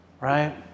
Right